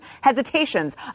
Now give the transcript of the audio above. hesitations